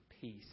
peace